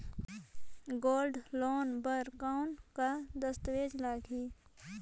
Gold loan बर कौन का दस्तावेज लगही?